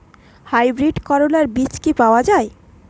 Hybrid করলার বীজ কি পাওয়া যায়?